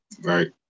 Right